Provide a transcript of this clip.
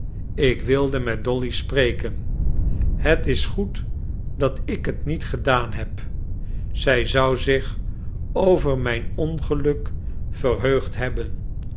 ik wilde met dolly spreken het is goed dat ik het niet gedaan heb zij zou zich over mijn ongeluk verheugd hebben